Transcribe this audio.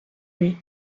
lui